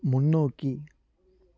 முன்னோக்கி